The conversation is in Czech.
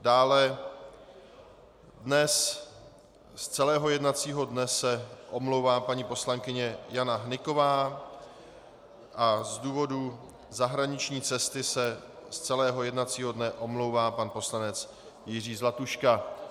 Dále dnes z celého jednacího dne se omlouvá paní poslankyně Jana Hnyková a z důvodu zahraniční cesty se z celého jednacího dne omlouvá pan poslanec Jiří Zlatuška.